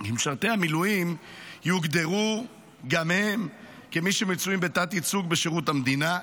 כי משרתי המילואים יוגדרו גם הם כמי שמצויים בתת-ייצוג בשירות המדינה,